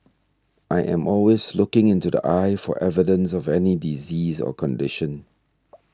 I am always looking into the eye for evidence of any disease or condition